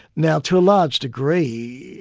now to a large degree,